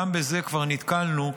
גם בזה כבר נתקלנו,